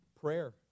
Prayer